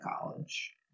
college